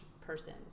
person